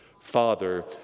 Father